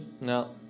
No